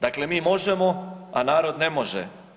Dakle, mi možemo a narod ne može.